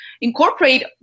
incorporate